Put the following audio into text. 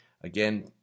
again